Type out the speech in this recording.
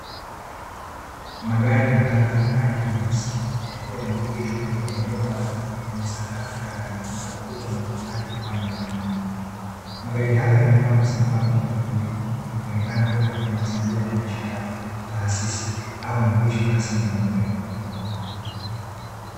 Magari matatu ya rangi nyeusi yakiwa yameegeshwa kwenye eneo la wazi lenye sakafu ya lami na ukuta wa matofali upande wa juu. Magari hayo yamepangwa sambamba na kwa utulivu ikionekana kuwa katika mazingira ya biashara, taasisi au maegesho rasmi ya magari.